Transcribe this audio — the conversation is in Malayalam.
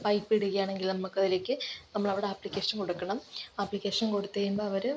പൈപ്പിടുകയാണെങ്കിൽ നമ്മുക്കതിലേക്ക് നമ്മളവിടെ ആപ്ലിക്കേഷൻ കൊടുക്കണം ആപ്ലിക്കേഷൻ കൊടുത്തു കഴിയുമ്പോൾ അവർ